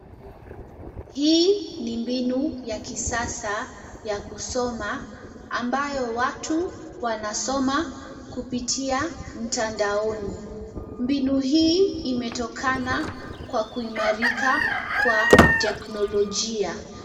Hii ni mbinu ya kisasa ya kusoma ambayo watu wanasoma kupitia mtandaoni. Mbinu hii imetokana kwa kuimarika kwa teknolojia.